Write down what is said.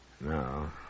No